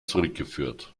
zurückgeführt